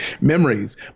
memories